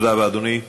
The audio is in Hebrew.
תודה רבה, אדוני.